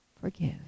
forgive